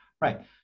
Right